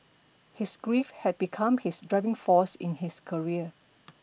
his grief had become his driving force in his career